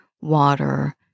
water